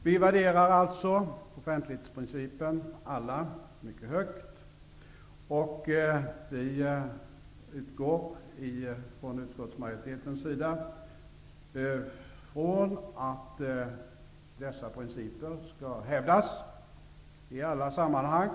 Vi värderar alltså alla offentlighetsprincipen mycket högt, och utskottsmajoriteten utgår från att dessa principer skall hävdas i alla sammanhang.